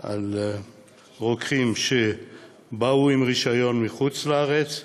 על רוקחים שבאו עם רישיון מחוץ-לארץ,